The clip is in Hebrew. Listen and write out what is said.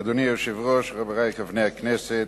אדוני היושב-ראש, חברי הכנסת,